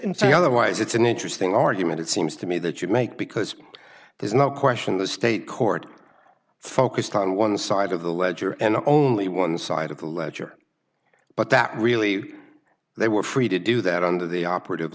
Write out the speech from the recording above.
in saying otherwise it's an interesting argument it seems to me that you make because there's no question the state court focused on one side of the ledger and only one side of the ledger but that really they were free to do that under the operative